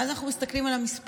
ואז אנחנו מסתכלים על המספרים.